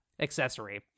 accessory